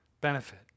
benefit